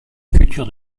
futur